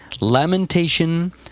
lamentation